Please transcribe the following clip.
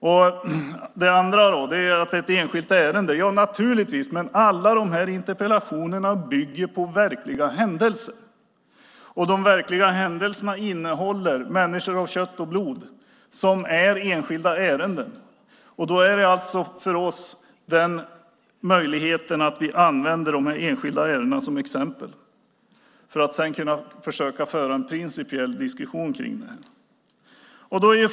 Vidare är detta ett enskilt ärende. Ja, naturligtvis är det så. Men alla de här interpellationerna bygger på verkliga händelser. De verkliga händelserna innehåller så att säga människor av kött och blod. Det är alltså enskilda ärenden. Då finns för oss möjligheten att använda de enskilda ärendena som exempel för att sedan försöka föra en principiell diskussion om dem.